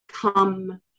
come